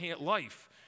life